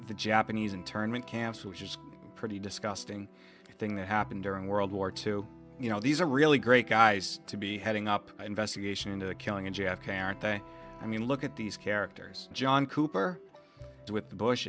the japanese internment camps which is pretty disgusting thing that happened during world war two you know these are really great guys to be heading up the investigation into the killing of j f k aren't they i mean look at these characters john cooper with